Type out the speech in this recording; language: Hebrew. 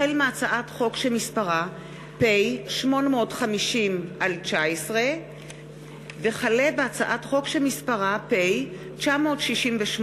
החל בהצעת חוק שמספרה פ/850/19 וכלה בהצעת חוק שמספרה פ/968/19,